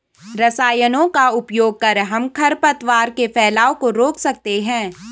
रसायनों का उपयोग कर हम खरपतवार के फैलाव को रोक सकते हैं